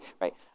right